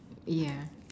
yeah